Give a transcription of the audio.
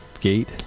gate